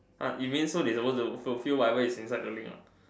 uh you mean so they supposed to fulfill whatever is inside the link uh